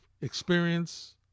experience